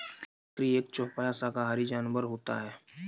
बकरी एक चौपाया शाकाहारी जानवर होता है